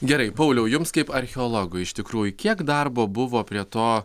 gerai pauliau jums kaip archeologui iš tikrųjų kiek darbo buvo prie to